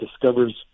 discovers